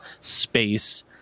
space